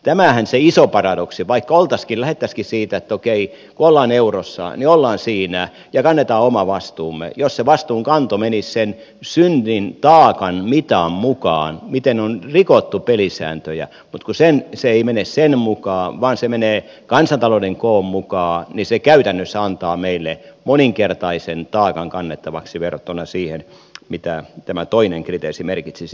tämähän se iso paradoksi on vaikka lähdettäisiinkin siitä että okei kun ollaan eurossa niin ollaan siinä ja kannetaan oma vastuumme että jos se vastuunkanto menisi sen synnin taakan mitan mukaan miten on rikottu pelisääntöjä mutta kun se ei mene sen mukaan vaan se menee kansantalouden koon mukaan niin se käytännössä antaa meille moninkertaisen taakan kannettavaksi verrattuna siihen mitä tämä toinen kriteeri merkitsisi